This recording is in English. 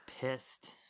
pissed